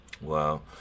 Wow